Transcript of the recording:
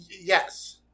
Yes